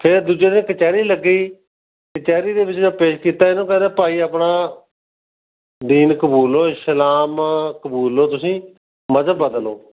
ਫਿਰ ਦੂਜੇ ਦਿਨ ਕਚਹਿਰੀ ਲੱਗੀ ਕਚਹਿਰੀ ਦੇ ਵਿੱਚ ਜਦ ਪੇਸ਼ ਕੀਤਾ ਇਹਨੂੰ ਕਹਿੰਦੇ ਭਾਈ ਆਪਣਾ ਦੀਨ ਕਬੂਲ ਲਉ ਇਸਲਾਮ ਕਬੂਲ ਲਉ ਤੁਸੀਂ ਮਜ਼ਹਬ ਬਦਲ ਲਉ